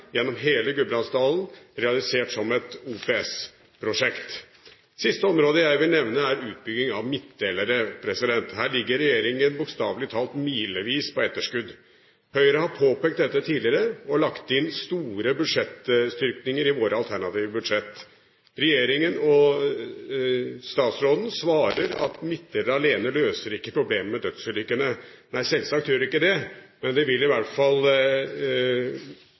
gjennom hele Gudbrandsdalen realisert som et OPS-prosjekt. Siste området jeg vil nevne, er utbygging av midtdelere. Her ligger regjeringen bokstavlig talt milevis på etterskudd. Høyre har påpekt dette tidligere og har lagt inn store budsjettstyrkinger i våre alternative budsjett. Regjeringen og statsråden svarer at midtdelere alene løser ikke problemet med dødsulykkene. Nei, selvsagt gjør de ikke det, men det vil i hvert fall